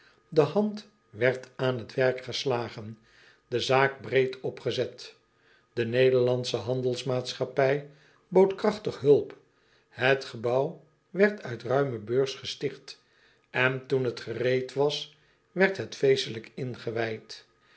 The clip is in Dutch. e hand werd aan het werk geslagen de zaak breed opgezet e ederlandsche andelmaatschappij bood krachtige hulp et gebouw werd uit ruime beurs gesticht en toen het gereed was werd het feestelijk ingewijd